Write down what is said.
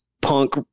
punk